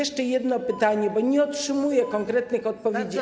Jeszcze jedno pytanie, bo nie otrzymuję konkretnych odpowiedzi.